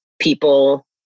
people